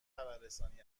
خبررسانی